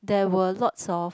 there were lots of